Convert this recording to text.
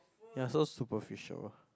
you're so superficial